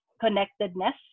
connectedness